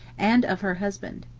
and of her husband.